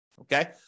okay